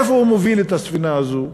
איפה הוא מוביל את הספינה הזאת,